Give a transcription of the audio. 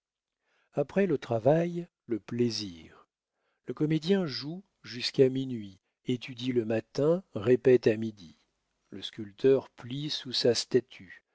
après le travail le plaisir le comédien joue jusqu'à minuit étudie le matin répète à midi le sculpteur plie sous sa statue